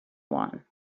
one